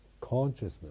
Consciousness